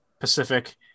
Pacific